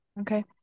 Okay